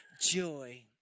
joy